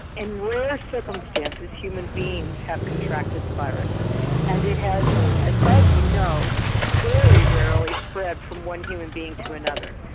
in rare circumstances human beings have contracted the virus and has as far as we know very rarely spread from one human being to another.